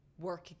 work